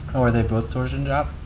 are they both torsion job?